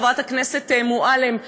חברת הכנסת מועלם,